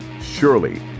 Surely